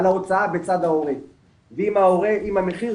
על ההוצאה בצד ההורים ואם המחיר,